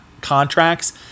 contracts